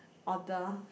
order